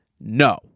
No